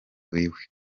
iwe